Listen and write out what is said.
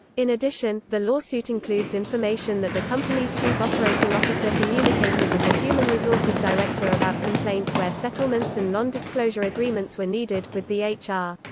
in addition, the lawsuit includes information that the company's chief operating officer communicated with the human resources director about complaints where settlements and non-disclosure agreements were needed, with the h r.